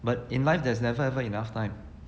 but in life there's never ever ever enough time